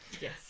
Yes